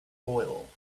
oil